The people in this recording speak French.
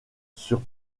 sur